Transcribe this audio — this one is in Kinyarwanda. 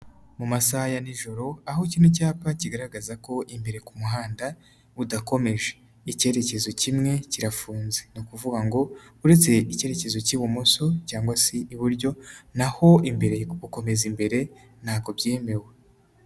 Mu masaha ya nijoro aho kino cyapa kigaragaza ko imbere ku muhanda udakomeje. Ikerekezo kimwe kirafunze, ni ukuvuga ngo uretse ikerekezo k'ibumoso cyangwa se iburyo naho imbere gukomeza imbere ntabwo byemewe.